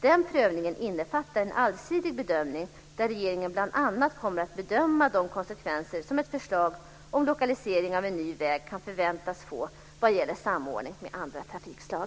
Den prövningen innefattar en allsidig bedömning där regeringen bl.a. kommer att bedöma de konsekvenser som ett förslag om lokalisering av en ny väg kan förväntas få vad gäller samordning med andra trafikslag.